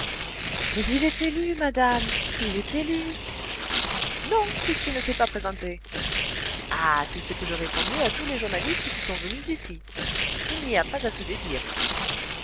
mais il est élu madame il est élu non puisqu'il ne s'est pas présenté ah c'est ce que j'ai répondu à tous les journalistes qui sont venus ici il n'y a pas à se dédire